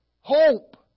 hope